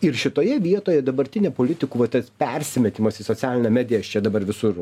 ir šitoje vietoje dabartinė politikų va ta persimetimas į socialinę mediją aš čia dabar visur